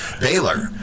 Baylor